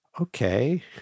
okay